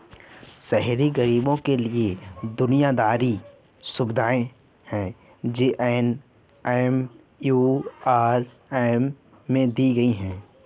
शहरी गरीबों के लिए बुनियादी सुविधाएं जे.एन.एम.यू.आर.एम में दी गई